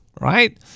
right